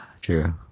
True